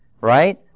right